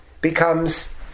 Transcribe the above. Becomes